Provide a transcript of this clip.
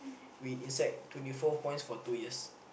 we inside twenty four points for two years